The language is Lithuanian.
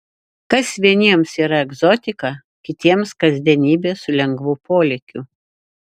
kas vieniems yra egzotika kitiems kasdienybė su lengvu polėkiu